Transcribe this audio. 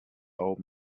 old